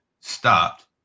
stopped